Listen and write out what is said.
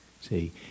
See